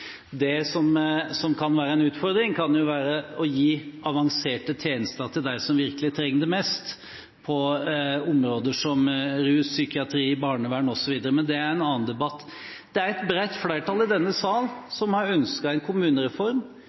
tjenester. Det som kan være en utfordring, kan jo være å gi avanserte tjenester til dem som virkelig trenger det mest, på områder som rus, psykiatri, barnevern osv., men det er en annen debatt. Det er et bredt flertall i denne sal som har ønsket en kommunereform.